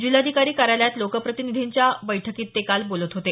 जिल्हाधिकारी कार्यालयात लोकप्रतिनिधींसोबतच्या आढावा बैठकीत ते काल बोलत होते